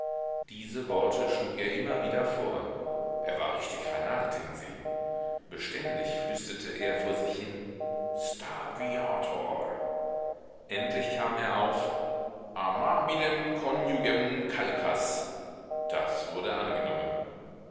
diese worte schlug er immer wieder vor er war richtig vernarrt in sie beständig flüsterte er vor sich hin sta viator endlich kam er auf amabilem conjugem calcas das wurde angenommen